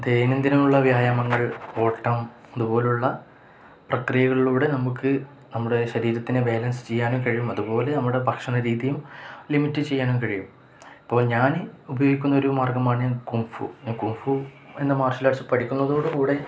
ദൈനംദിനമുള്ള വ്യായാമങ്ങൾ ഓട്ടം ഇതുപോലുള്ള പ്രക്രിയകളിലൂടെ നമുക്ക് നമ്മുടെ ശരീരത്തിനെ ബാലൻസ് ചെയ്യാനും കഴിയും അതുപോലെ നമ്മുടെ ഭക്ഷണരീതിയും ലിമിറ്റ് ചെയ്യാനും കഴിയും ഇപ്പോള് ഞാന് ഉപയോഗിക്കുന്ന ഒരു മാർഗ്ഗമാണ് കുംഫു കുംഫു എന്ന മാർഷ്യൽ ആർട്സ് പഠിക്കുന്നതോടുകൂടെ